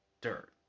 dirt